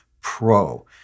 pro